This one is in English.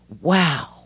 Wow